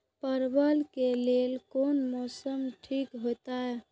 परवल के लेल कोन मौसम ठीक होते?